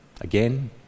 again